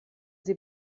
sie